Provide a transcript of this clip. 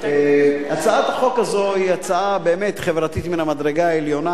הצעת החוק הזו היא הצעה באמת חברתית מן המדרגה העליונה,